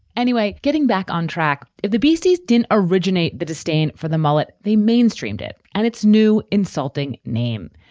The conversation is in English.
anyway, getting back on track, if the beasties didn't originate the disdain for the mullet, they mainstreamed it and it's new insulting name,